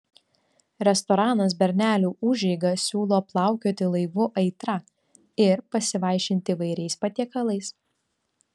restoranas bernelių užeiga siūlo plaukioti laivu aitra ir pasivaišinti įvairiais patiekalais